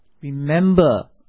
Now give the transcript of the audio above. Remember